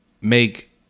make